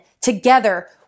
Together